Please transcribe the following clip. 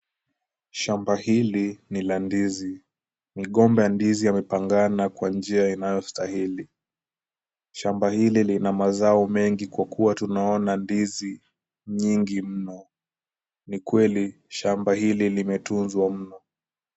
Shamba hili ni la ndizi. Migomba ya ndizi yamepangana kwa njia inayostahili ,Shamba hili lina mazao mengi kwa kuwa tunaona ndizi nyingi mno, ni kweli shamba hili limetunzwa mno.